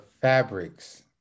fabrics